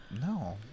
no